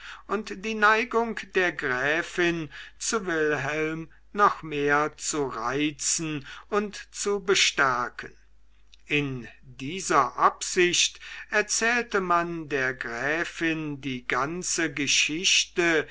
und die neigung der gräfin zu wilhelm noch mehr zu reizen und zu bestärken in dieser absicht erzählte man der gräfin die ganze geschichte